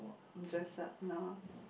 dress up no